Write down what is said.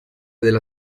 della